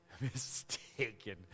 mistaken